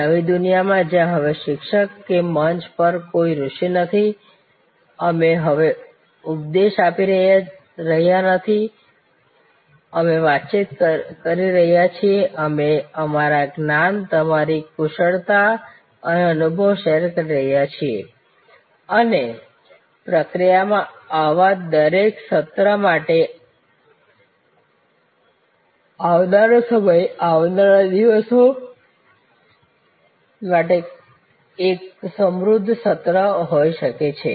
આ નવી દુનિયા છે જ્યાં હવે શિક્ષક કે મંચ પર કોઈ ઋષિ નથી અમે હવે ઉપદેશ આપી રહ્યા નથી અમે વાતચીત કરી રહ્યા છીએ અમે અમારા જ્ઞાન તમારી કુશળતા અને અનુભવ શેર કરી રહ્યા છીએ અને પ્રક્રિયામાં આવા દરેક સત્ર માટે આવનારો સમય આવનારા દિવસો માટે એક સમૃદ્ધ સત્ર હોઈ શકે છે